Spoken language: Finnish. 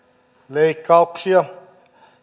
leikkauksia